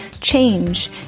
change